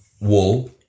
wool